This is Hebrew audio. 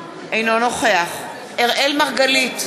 אינו נוכח אראל מרגלית,